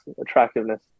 attractiveness